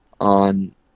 on